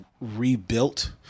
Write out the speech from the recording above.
rebuilt